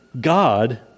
God